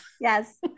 yes